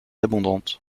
abondante